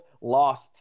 lost